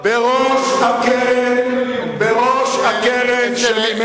בראש הקרן שממנה,